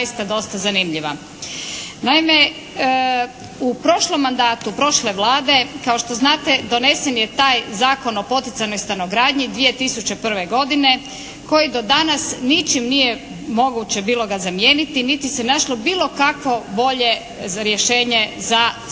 Naime, u prošlom mandatu prošle Vlade kao što znate donesen je taj Zakon o poticanoj stanogradnji 2001. godine koji do danas ničim nije moguće bilo ga zamijeniti niti se našlo bilo kakvo bolje rješenje za rješavanje